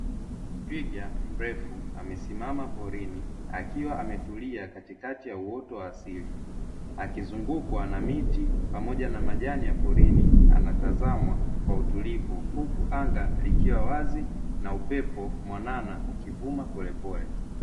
Twiga mirefu amesimama porini akiwa ametulia katikati ya uoto wa asili, akizungukwa na miti pamoja na Majani ya porini anatazamwa kwa utulivu, Huku anga likiwa wazi na upepo mwanana ukivuma polepole.